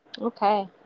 okay